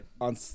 on